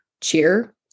cheer